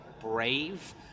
brave